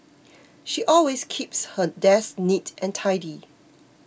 she always keeps her desk neat and tidy